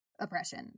oppression